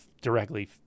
directly